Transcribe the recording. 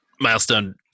Milestone